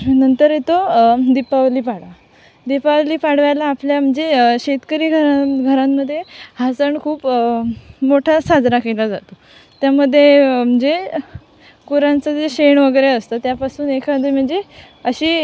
नंतर येतो दीपावली पाडवा दीपावली पाडव्याला आपल्या म्हणजे शेतकरी घरां घरांमध्ये हा सण खूप मोठा साजरा केला जातो त्यामध्ये म्हणजे गुरांचं जे शेण वगैरे असतं त्यापासून एखादं म्हणजे अशी